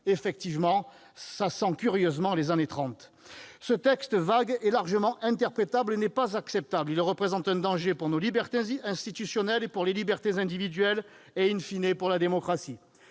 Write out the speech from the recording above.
effectivement, cela sent curieusement les années trente ! Ce texte vague et largement interprétable n'est pas acceptable. Il représente un danger pour nos libertés institutionnelles, pour les libertés individuelles, et,, pour la démocratie.